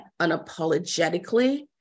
unapologetically